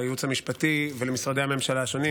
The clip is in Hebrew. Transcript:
לייעוץ המשפטי ולמשרדי הממשלה השונים,